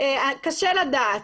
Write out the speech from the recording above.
קשה לדעת.